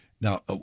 Now